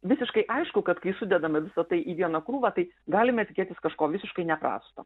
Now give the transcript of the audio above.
visiškai aišku kad kai sudedame visa tai į vieną krūvą tai galime tikėtis kažko visiškai neprasto